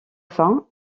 fin